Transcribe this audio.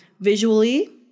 visually